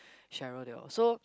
Cheryl they all so